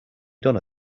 done